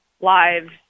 Live